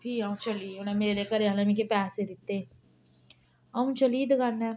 फ्ही आ'ऊं चली मेरे घरे आह्लें मिकी पैसे दित्ते आ'ऊं चली दकानै